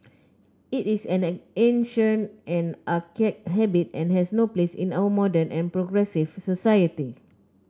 it is an ancient and archaic habit and has no place in our modern and progressive society